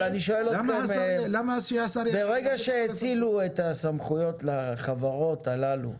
ברגע שהאצילו את הסמכויות לחברות הללו,